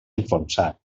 enfonsat